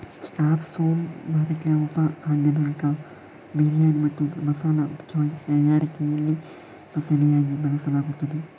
star ಸೋಂಪು ಭಾರತೀಯ ಉಪ ಖಂಡದಾದ್ಯಂತ ಬಿರಿಯಾನಿ ಮತ್ತು ಮಸಾಲಾ ಚಾಯ್ ತಯಾರಿಕೆಯಲ್ಲಿ ಮಸಾಲೆಯಾಗಿ ಬಳಸಲಾಗುತ್ತದೆ